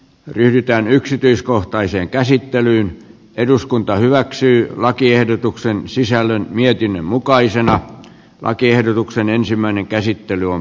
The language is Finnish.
ne pyritään yksityiskohtaiseen käsittelyyn eduskunta hyväksyi lakiehdotuksen sisällön mietinnön mukaisena lakiehdotuksen ensimmäinen käsittely on